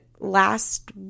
last